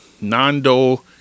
Nando